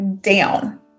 down